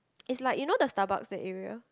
is like you know the Starbucks that area